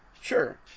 sure